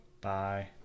Bye